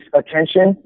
attention